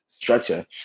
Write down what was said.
Structure